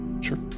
Sure